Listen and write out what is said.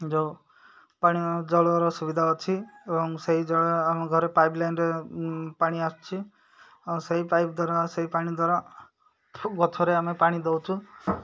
ଯେଉଁ ପାଣି ଜଳର ସୁବିଧା ଅଛି ଏବଂ ସେଇ ଜଳ ଆମ ଘରେ ପାଇପ୍ ଲାଇନ୍ରେ ପାଣି ଆସୁଛି ଆଉ ସେଇ ପାଇପ୍ ଦ୍ୱାରା ସେଇ ପାଣି ଦ୍ୱାରା ଗଛରେ ଆମେ ପାଣି ଦଉଛୁ